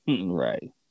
Right